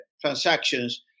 transactions